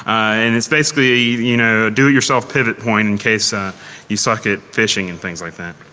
and it's basically a you know do it yourself pivot point in case ah you suck at phishing and things like that.